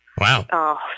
Wow